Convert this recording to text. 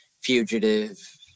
fugitive